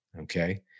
okay